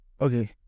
Okay